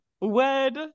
wed